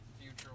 future